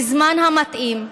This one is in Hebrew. בזמן המתאים,